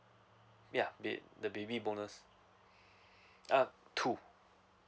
ya ba~ the baby bonus uh two